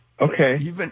Okay